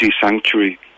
sanctuary